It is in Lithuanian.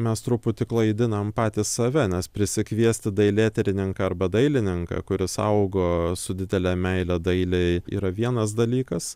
mes truputį klaidinam patys save nes prisikviesti dailėtyrininką arba dailininką kuris augo su didele meile dailei yra vienas dalykas